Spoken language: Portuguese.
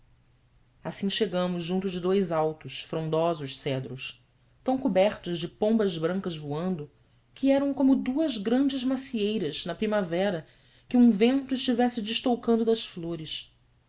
assim chegamos junto de dous altos frondosos cedros tão cobertos de pombas brancas voando que eram como duas grandes macieiras na primavera que um vento estivesse destoucando das flores